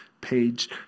page